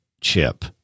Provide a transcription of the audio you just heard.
chip